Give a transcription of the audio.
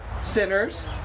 Sinners